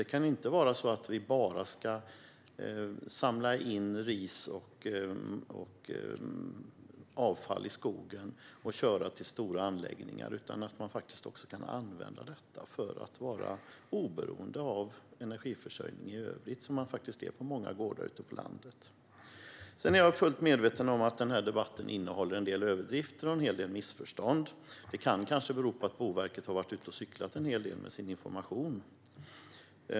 Det kan inte vara så att man ska samla in ris och avfall i skogen och bara köra till stora anläggningar, utan man måste också kunna använda det för att vara oberoende av energiförsörjning i övrigt, som man är på många gårdar ute på landet. Sedan är jag fullt medveten om att den här debatten innehåller en hel del överdrifter och missförstånd. Det kan kanske bero på att Boverket har varit ute och cyklat en hel del med sin information.